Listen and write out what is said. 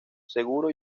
seguro